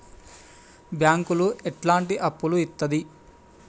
బ్యాంకులు ఎట్లాంటి అప్పులు ఇత్తది?